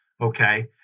Okay